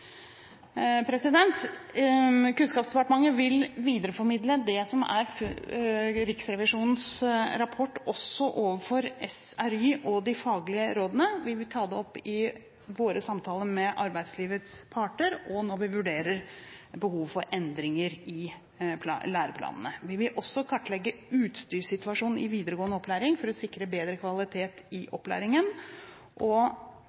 Kunnskapsdepartementet vil videreformidle Riksrevisjonens rapport også overfor SRY og de faglige rådene. Vi vil ta det opp i våre samtaler med arbeidslivets parter og når vi vurderer behov for endringer i læreplanene. Vi vil også kartlegge utstyrssituasjonen i videregående opplæring for å sikre bedre kvalitet i opplæringen. Jeg er svært interessert i å heve standarden – og